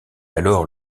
alors